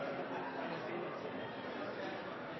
Nei, det